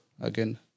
again